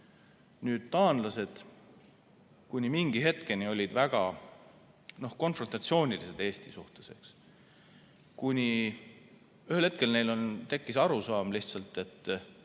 Taanlased kuni mingi hetkeni olid väga konfrontatsioonilised Eesti suhtes, kuni ühel hetkel neil tekkis arusaam, et